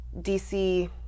DC